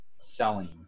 selling